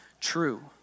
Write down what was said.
true